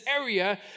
area